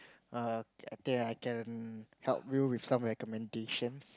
err okay I can help you with some recommendation